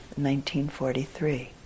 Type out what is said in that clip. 1943